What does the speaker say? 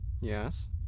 Yes